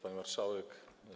Pani Marszałek!